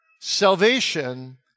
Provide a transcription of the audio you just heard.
salvation